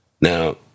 Now